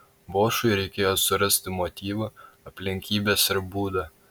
bošui reikėjo surasti motyvą aplinkybes ir būdą